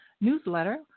newsletter